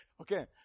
Okay